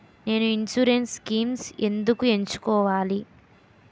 నేను insurance schemes ఎందుకు ఎంచుకోవాలి?